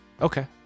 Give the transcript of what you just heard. Okay